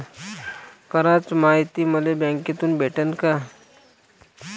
कराच मायती मले बँकेतून भेटन का?